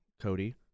cody